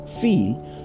feel